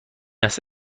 است